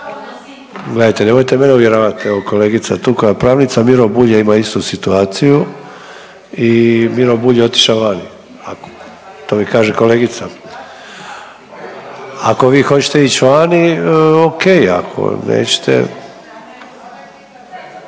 Gledajte, nemojte mene uvjeravati. Evo kolegica je tu koja je pravnica. Miro Bulj je imao istu situaciju i Miro Bulj je otišao van, to mi kaže kolegica. Ako vi hoćete ići vani OK. Ako nećete